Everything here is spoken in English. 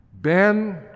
Ben